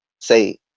say